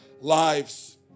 lives